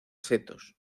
setos